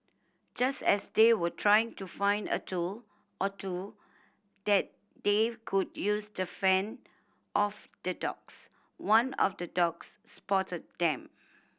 just as they were trying to find a tool or two that they could use to fend off the dogs one of the dogs spotted them